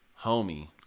Homie